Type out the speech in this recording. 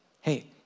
hey